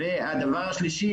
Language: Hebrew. והדבר השלישי,